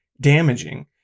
damaging